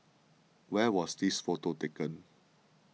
where was this photo taken